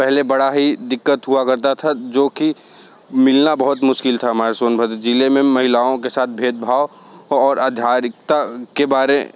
पहले बड़ा ही दिक्कत हुआ करता था जो कि मिलना बहुत मुश्किल था हमारे सोनभद्र ज़िले में महिलाओं के साथ भेदभाव और आधारिक्ता के बारे